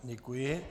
Děkuji.